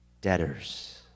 debtors